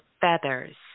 feathers